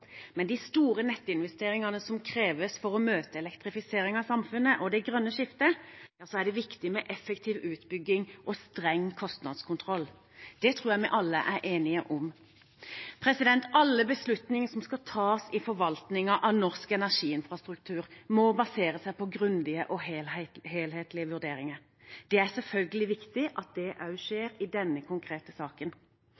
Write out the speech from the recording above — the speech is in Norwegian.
Men med de store nettinvesteringene som kreves for å møte elektrifiseringen av samfunnet og det grønne skiftet, er det viktig med effektiv utbygging og streng kostnadskontroll. Det tror jeg vi alle er enige om. Alle beslutninger som skal tas i forvaltningen av norsk energiinfrastruktur, må basere seg på grundige og helhetlige vurderinger. Det er selvfølgelig viktig at det